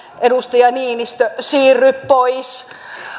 edustaja niinistö siirry pois